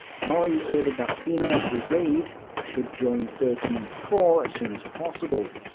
norrie ordered that pienaar's brigade should join thirteenth corps as soon as possible.